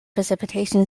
precipitation